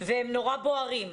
ונורא בוערים,